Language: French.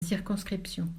circonscription